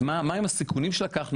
מה עם הסיכונים שלקחנו?